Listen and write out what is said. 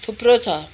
थुप्रो छ